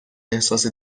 احساسی